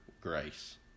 grace